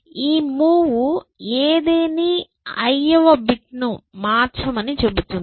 ఈ మూవ్ ఏదేని i వ బిట్ని మార్చమని చెబుతుంది